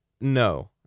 no